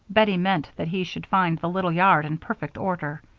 bettie meant that he should find the little yard in perfect order.